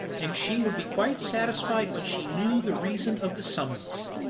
and she would be quite satisfied when she knew the reason of the summons.